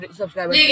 subscribers